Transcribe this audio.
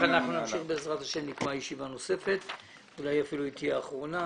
אם מדובר בעובד שעומד בהגדרה של פסקה (1) או שלא עומד בהגדרה,